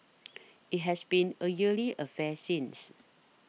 it has been a yearly affair since